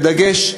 בדגש,